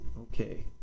okay